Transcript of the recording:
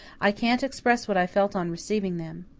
i can't express what i felt on receiving them.